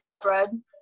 bread